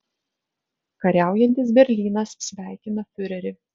kariaujantis berlynas sveikina fiurerį